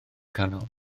canol